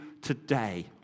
today